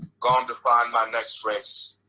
gone to find my next race.